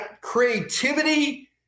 creativity